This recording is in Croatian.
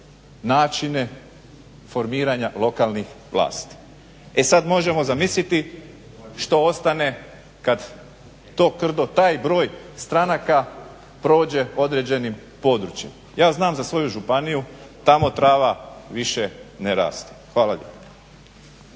načine formiranja lokalnih vlasti. E sad možemo zamisliti što ostane kad to krdo, taj broj stranaka prođe određenim područjem. Ja znam za svoju županiju. Tamo trava više ne raste. Hvala.